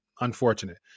Unfortunate